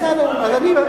אז חבל לבזבז אנרגיה.